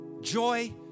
joy